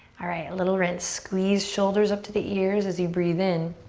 alright, a little rinse. squeeze shoulders up to the ears as you breathe in.